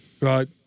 Right